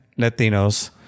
Latinos